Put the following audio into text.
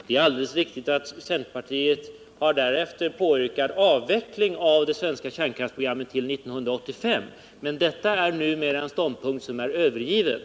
Det är riktigt att centerpartiet därefter har påyrkat avveckling av det svenska kärnkraftsprogrammet till år 1985, men detta är numera en övergiven ståndpunkt.